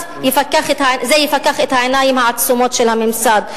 זה יפקח את העיניים העצומות של הממסד.